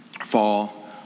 fall